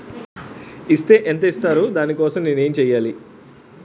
Is తే ఎంత ఇస్తారు దాని కోసం నేను ఎంచ్యేయాలి?